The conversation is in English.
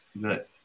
good